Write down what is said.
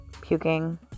puking